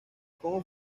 como